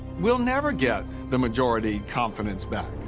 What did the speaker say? we'll never get the majority confidence back.